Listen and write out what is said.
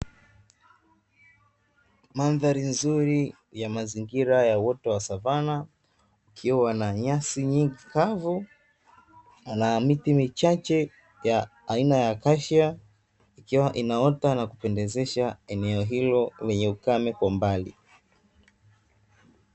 Mandhari nzuri ya mazingira ya uoto wa savana, ikiwa na nyasi nyingi kavu na miti michache ya aina ya akashia, ikiwa inaota na kupendezesha eneo hilo lenye ukame kwa mbali.